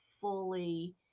fully